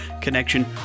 connection